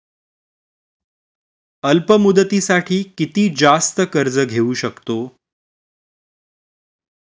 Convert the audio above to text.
अल्प मुदतीसाठी किती जास्त कर्ज घेऊ शकतो?